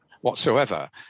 whatsoever